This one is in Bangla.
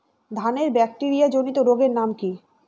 ধানের ব্যাকটেরিয়া জনিত রোগের নাম কি?